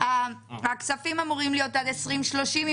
כדי למנוע את המס השלילי הזה